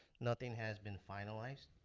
nothing has been finalized.